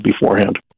beforehand